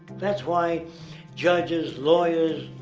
that's why judges, lawyers,